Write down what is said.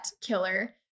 killer